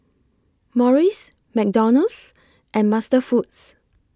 Morries McDonald's and MasterFoods